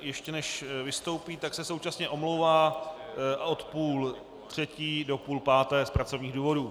Ještě než vystoupí, tak se současně omlouvá od půl třetí do půl páté z pracovních důvodů.